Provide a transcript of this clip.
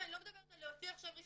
אני לא מדברת על להוציא עכשיו רישיון,